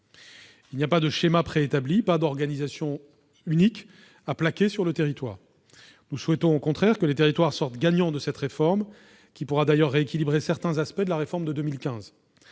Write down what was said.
Il n'y a pas de schéma préétabli, pas d'organisation unique à plaquer sur un territoire. Nous souhaitons au contraire que les territoires sortent gagnants de cette réforme, qui pourra d'ailleurs rééquilibrer certains aspects de la réforme de 2015.